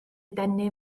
denu